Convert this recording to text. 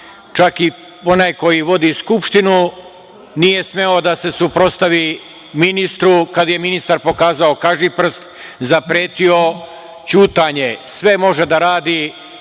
čak i onaj koji vodi Skupštinu nije smeo da se suprotstavi ministru, kad je ministar pokazala kažiprst, zapretila ćutanje. Sve može da radi,